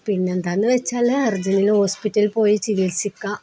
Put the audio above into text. പിന്നെന്താണെന്ന് വെച്ചാല് അർജന്റിന് ഹോസ്പിറ്റലിൽ പോയി ചികിത്സിക്കുക